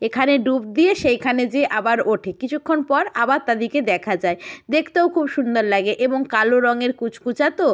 এখানে ডুব দিয়ে সেইখানে যেয়ে আবার ওঠে কিছুক্ষণ পর আবার তাদেরকে দেখা যায় দেখতেও খুব সুন্দর লাগে এবং কালো রঙের কুচকুচে তো